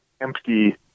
empty